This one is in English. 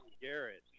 Garrett